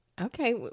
Okay